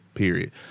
Period